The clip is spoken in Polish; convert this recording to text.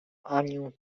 anię